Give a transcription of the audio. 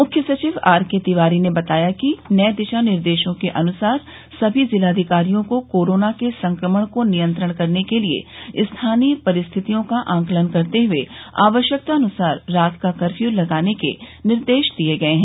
मुख्य सचिव R K Tiwari ने बताया कि नए दिशा निर्देशों के अनुसार सभी जिलाधिकारियों को कोरोना के संक्रमण को नियंत्रित करने के लिए स्थानीय परिस्थितियों का आंकलन करते हुए आवश्यकतानुसार रात का कफ़र्यू लगाने के निर्देश दिये गये हैं